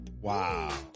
Wow